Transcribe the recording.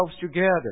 together